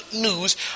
news